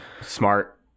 Smart